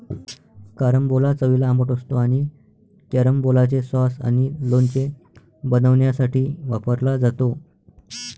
carambola चवीला आंबट असतो आणि कॅरंबोलाचे सॉस आणि लोणचे बनवण्यासाठी वापरला जातो